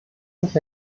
sich